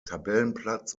tabellenplatz